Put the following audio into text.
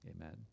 Amen